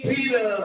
Peter